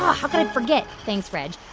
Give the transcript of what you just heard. ah how could i forget? thanks, reg.